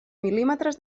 mil·límetres